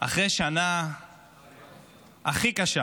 אחרי השנה הכי קשה